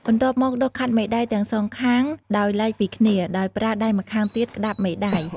បន្ទាប់មកដុសខាត់មេដៃ ទាំងសងខាងដោយឡែកពីគ្នា ដោយប្រើដៃម្ខាងទៀតក្ដាប់មេដៃ។